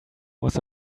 was